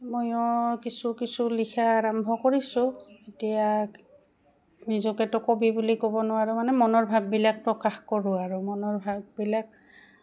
ময়ো কিছু কিছু লিখা আৰম্ভ কৰিছোঁ এতিয়া নিজকেতো কবি বুলি ক'ব নোৱাৰোঁ মানে মনৰ ভাৱবিলাক প্ৰকাশ কৰোঁ আৰু মনৰ ভাৱবিলাক